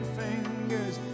fingers